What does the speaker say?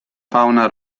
fauna